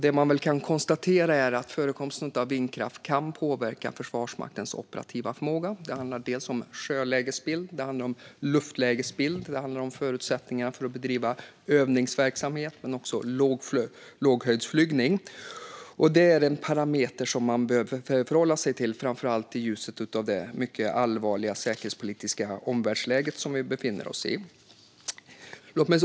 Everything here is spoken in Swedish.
Det kan konstateras att förekomsten av vindkraft kan påverka Försvarsmaktens operativa förmåga. Det handlar om sjölägesbild, luftlägesbild och förutsättningarna för att bedriva övningsverksamhet och låghöjdsflygning. Det här är en parameter som man behöver förhålla sig till, framför allt i ljuset av det mycket allvarliga säkerhetspolitiska omvärldsläge som nu råder.